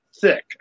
thick